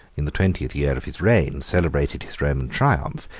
in the twentieth year of his reign, celebrated his roman triumph,